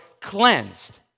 cleansed